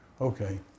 Okay